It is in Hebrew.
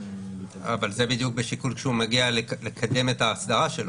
אבל זה בדיוק בשיקול כשהוא מגיע לקדם את האסדרה שלו.